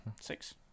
six